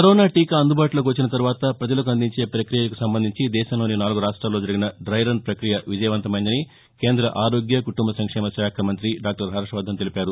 corona టీకా అందుబాటులోకి వచ్చిన తర్వాత ప్రజలకు అందించే ప్రక్రియకు సంబంధించి దేశంలోని నాలుగు రాష్ట్రాల్లో జరిగిన డైరన్ ప్రక్రియ విజయవంతమైందని కేంద్ర ఆరోగ్య కుటుంబసంక్షేమ శాఖ మంత్రి డాక్టర్ హర్షవర్దన్ తెలిపారు